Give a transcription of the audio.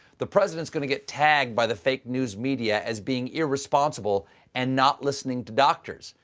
the president's going to get tagged by the fake news media as being irresponsible and not listening to doctors.